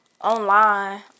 online